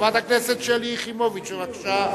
חברת הכנסת שלי יחימוביץ, בבקשה.